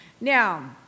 Now